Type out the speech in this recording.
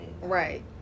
Right